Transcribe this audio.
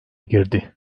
girdi